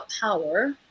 power